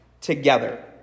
together